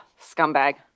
scumbag